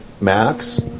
max